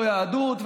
לא יהדות,